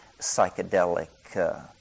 psychedelic